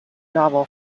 novel